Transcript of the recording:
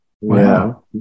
Wow